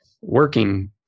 working